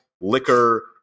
liquor